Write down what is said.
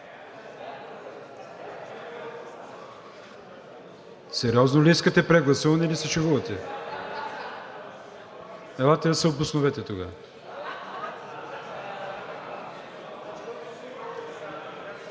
Сериозно ли искате прегласуване, или се шегувате? Елате да се обосновете тогава.